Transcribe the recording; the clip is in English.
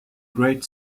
great